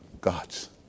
gods